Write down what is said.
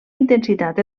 intensitat